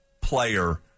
player